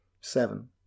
Seven